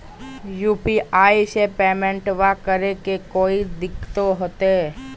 UPI से पेमेंटबा करे मे कोइ दिकतो होते?